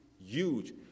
huge